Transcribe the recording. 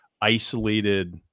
isolated